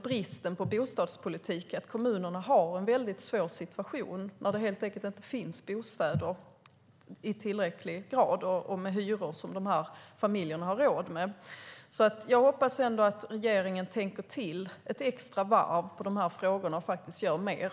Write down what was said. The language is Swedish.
Bristen på bostadspolitik gör att kommunerna har en svår situation då det helt enkelt inte finns tillräckligt med bostäder, alltså bostäder med hyror som dessa familjer har råd med. Jag hoppas att regeringen tänker till ett extra varv vad gäller dessa frågor och gör mer.